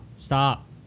stop